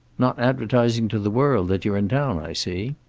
not advertising to the world that you're in town, i see.